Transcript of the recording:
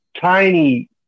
tiny